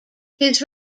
his